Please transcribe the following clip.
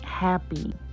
happy